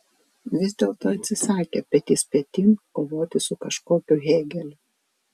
vis dėlto atsisakė petys petin kovoti su kažkokiu hėgeliu